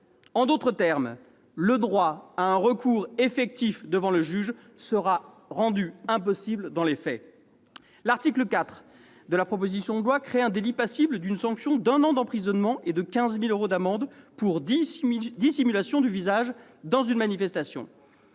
En d'autres termes, le droit à un recours effectif devant le juge sera rendu impossible dans les faits. L'article 4 de la proposition de loi crée un délit passible d'une sanction d'un an d'emprisonnement et de 15 000 euros d'amende pour dissimulation du visage dans une manifestation.